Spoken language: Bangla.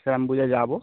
সেরকম বুঝে যাবো